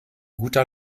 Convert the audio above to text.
guter